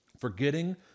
Forgetting